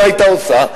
מה היתה עושה?